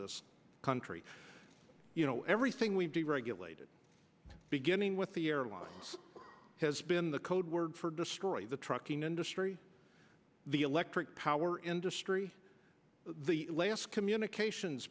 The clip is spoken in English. this country you know everything we do regulated beginning with the airlines has been the code word for destroy the trucking industry the electric power industry the last communications